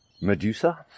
Medusa